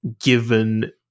given